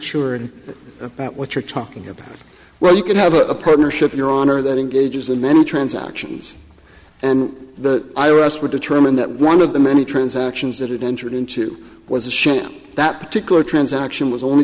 sure what you're talking about where you could have a partnership your honor that engages in many transactions and the iris would determine that one of the many transactions that it entered into was a sham that particular transaction was only